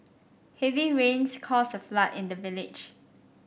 heavy rains caused a flood in the village